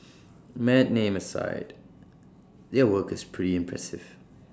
mad name aside their work is pretty impressive